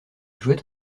jouaient